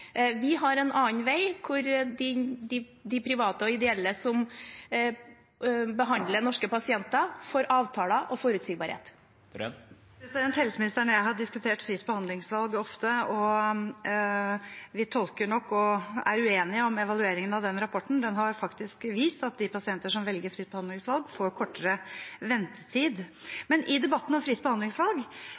Vi har en annen vei, hvor de private og ideelle som behandler norske pasienter, får avtaler og forutsigbarhet. Tone Wilhelmsen Trøen – til oppfølgingsspørsmål. Helseministeren og jeg har diskutert fritt behandlingsvalg ofte, og vi tolker nok evalueringen av den rapporten forskjellig og er uenige om den. Den har faktisk vist at de pasientene som velger fritt behandlingsvalg, får kortere ventetid. Men i debatten om fritt behandlingsvalg,